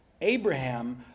Abraham